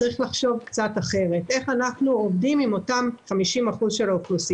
צריך לחשוב קצת אחרת איך אנחנו עובדים עם אותה מחצית מהאוכלוסייה,